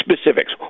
specifics